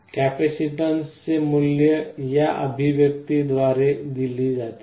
कॅपेसिटन्सचे मूल्य या अभिव्यक्ती द्वारे दिले जाते